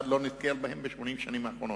לא נתקל בשנים כאלה ב-80 השנים האחרונות.